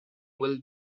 will